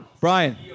Brian